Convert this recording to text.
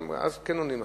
אז כן עונים לך.